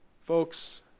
Folks